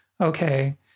okay